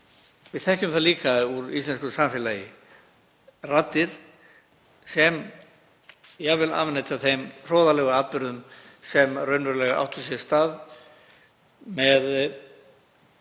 Við þekkjum líka úr íslensku samfélagi raddir sem jafnvel afneita þeim hroðalegu atburðum sem raunverulega áttu sér stað með